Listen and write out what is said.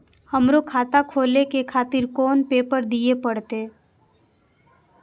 हमरो खाता खोले के खातिर कोन पेपर दीये परतें?